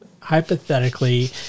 Hypothetically